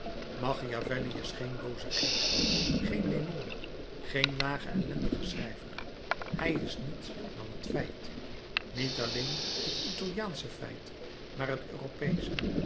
machiavelli is geen booze geest geen demon geen lage ellendige schrijver hij is niets dan het feit niet alleen het italiaansche feit maar het europeesche